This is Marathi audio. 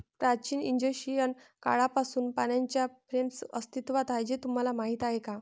प्राचीन इजिप्शियन काळापासून पाण्याच्या फ्रेम्स अस्तित्वात आहेत हे तुम्हाला माहीत आहे का?